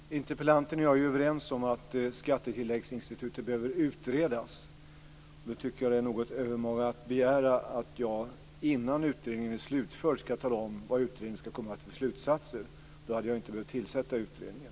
Fru talman! Interpellanten och jag är överens om att skattetilläggsinstitutet behöver utredas. Då tycker jag att det är något övermaga att begära att jag innan utredningen är slutförd skall tala om vad utredningen skall komma fram till för slutsatser. Då hade jag ju inte behövt tillsätta utredningen.